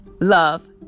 Love